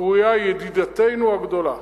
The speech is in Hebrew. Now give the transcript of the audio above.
הקרויה ידידתנו הגדולה,